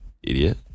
idiot